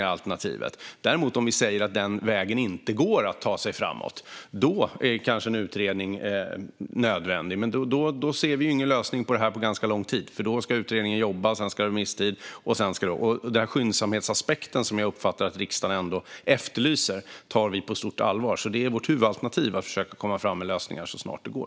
Om vi däremot säger att det inte går att ta sig framåt den vägen kanske en utredning är nödvändig. Men då ser vi ingen lösning på detta på ganska lång tid. Då ska utredningen jobba, och sedan ska det vara remisstid. Den skyndsamhetsaspekt som jag uppfattar att riksdagen efterlyser tar vi på stort allvar, så vårt huvudalternativ är att försöka komma fram med lösningar så snart det går.